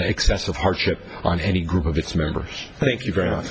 excessive hardship on any group of its members thank you very much